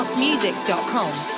music.com